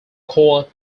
called